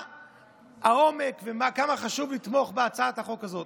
מה העומק, וכמה חשוב לתמוך בהצעת החוק הזאת: